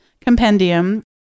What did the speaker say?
Compendium